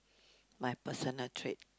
my personal trait